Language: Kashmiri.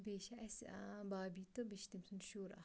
بیٚیہِ چھِ اَسہِ بھابی تہٕ بیٚیہِ چھِ تٔمۍ سُنٛد شُر اَکھ